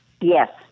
Yes